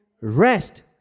rest